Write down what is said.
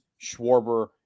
Schwarber